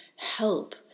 help